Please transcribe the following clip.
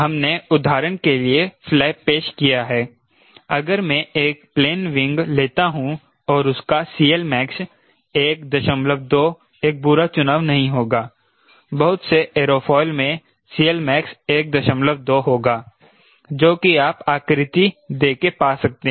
हमने उदाहरण के लिए फ्लैप पेश किया है अगर मैं एक प्लेन विंग लेता हूं और उसका CLmax 12 एक बूरा चुनाव नहीं होगा बहुत से एयरोफॉयल में CLmax 12 होगा जो कि आप आकृति दे के पा सकते हैं